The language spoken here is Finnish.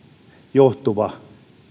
johtuva